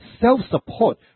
self-support